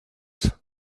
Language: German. gesagt